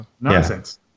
Nonsense